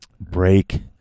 break